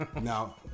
Now